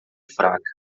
fraca